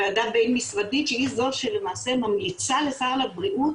ועדה בין משרדית שהיא זו שלמעשה ממליצה לשר הבריאות